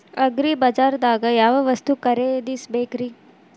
ಅಗ್ರಿಬಜಾರ್ದಾಗ್ ಯಾವ ವಸ್ತು ಖರೇದಿಸಬೇಕ್ರಿ?